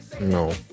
No